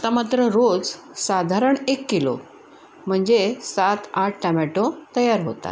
आता मात्र रोज साधारण एक किलो म्हणजे सातआठ टामाटो तयार होतात